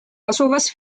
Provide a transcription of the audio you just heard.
asuvas